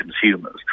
consumers